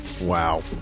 Wow